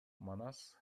манас